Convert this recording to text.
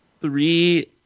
three